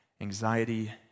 anxiety